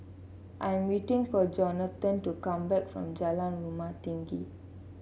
I'm waiting for Jonathon to come back from Jalan Rumah Tinggi